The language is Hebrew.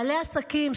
בעלי עסקים,